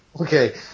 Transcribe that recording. Okay